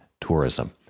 tourism